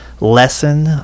lesson